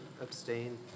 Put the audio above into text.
Abstain